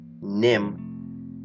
name